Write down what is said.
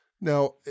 Now